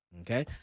Okay